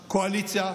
בקואליציה.